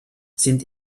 sind